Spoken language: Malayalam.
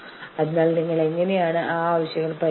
വിലപേശലിലെ തടസ്സം